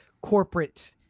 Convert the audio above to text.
corporate